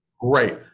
great